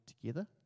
together